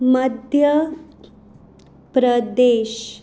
Madhya Pradesh